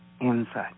inside